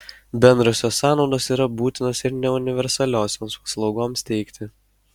bendrosios sąnaudos yra būtinos ir neuniversaliosioms paslaugoms teikti